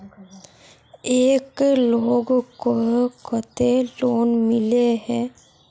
एक लोग को केते लोन मिले है?